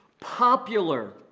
popular